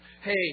hey